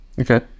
Okay